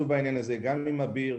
ודיברנו על כך, גם עם אביר.